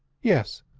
yes,